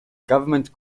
government